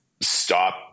stop